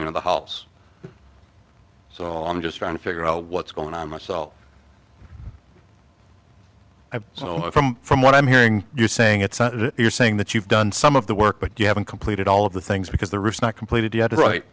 remodelling in the halls so i'm just trying to figure out what's going on myself so from from what i'm hearing you saying it's not you're saying that you've done some of the work but you haven't completed all of the things because the roof not completed yet right